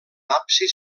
absis